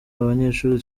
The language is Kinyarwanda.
abanyeshuri